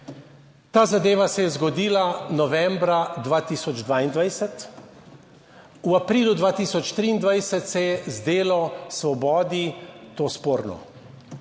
ta zadeva se je zgodila novembra 2022, v aprilu 2023 se je zdelo Svobodi to sporno